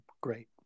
great